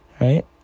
right